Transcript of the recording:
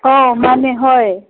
ꯑꯧ ꯃꯥꯅꯦ ꯍꯣꯏ